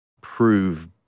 prove